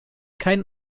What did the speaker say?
kein